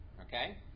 okay